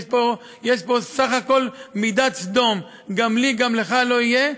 יש פה בסך הכול מידת סדום: גם לי גם לך לא יהיה,